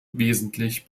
wesentlich